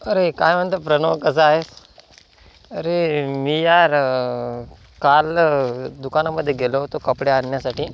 अरे काय म्हणतो प्रणव कसा आहे अरे मी यार काल दुकानामध्ये गेलो होतो कपडे आणण्यासाठी